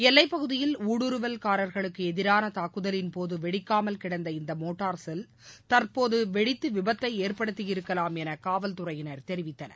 எல்லைப் பகுதியில் ஊடுருவல்காரர்களுக்கு எதிரான தாக்குதலின்போது வெடிக்காமல் கிடந்த இந்த மோட்டார் செல் தற்போது வெடித்து விபத்தை ஏற்படுத்தியிருக்கலாம் என காவல் துறையினர் தெரிவித்தனர்